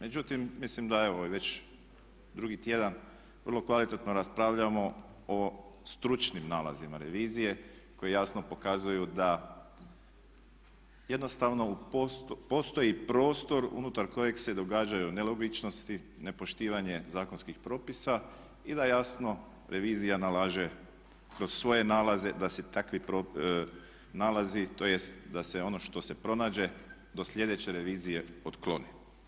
Međutim, mislim da evo već i drugi tjedan vrlo kvalitetno raspravljamo o stručnim nalazima revizije koji jasno pokazuju da jednostavno postoji prostor unutar kojeg se događaju nelogičnosti, nepoštivanje zakonskih propisa i da jasno revizija nalaže kroz svoje nalaze da se takvi nalazi tj. da se ono što se pronađe do sljedeće revizije otkloni.